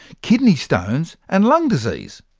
kidney stones and lung disease.